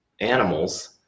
animals